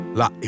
la